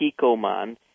kikoman